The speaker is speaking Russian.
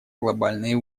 глобальные